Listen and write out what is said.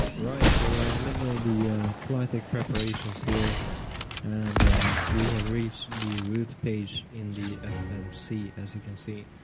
right, so we're in the middle of the flight deck preparations here and we have reached the route page in the fmc as you can see.